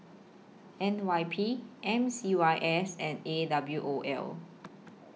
N Y P M C Y S and A W O L